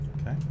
Okay